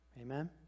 Amen